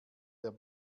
der